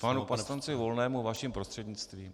Panu poslanci Volnému vaším prostřednictvím.